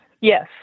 Yes